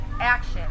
action